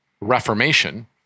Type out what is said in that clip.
Reformation